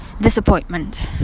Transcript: disappointment